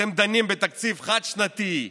אתם דנים בתקציב חד-שנתי,